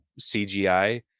CGI